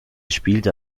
spielte